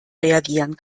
reagieren